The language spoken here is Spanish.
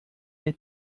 del